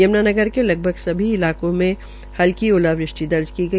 यम्नानगर के लगभग सभी इलाकों में हलकी ओलावृष्टि दर्प की गई